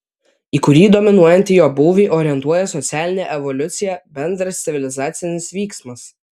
į kurį dominuojantį jo būvį orientuoja socialinė evoliucija bendras civilizacinis vyksmas